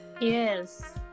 Yes